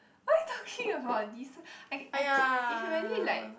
why talking about this I I if you really like